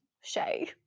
Shay